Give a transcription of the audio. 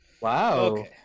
wow